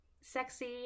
sexy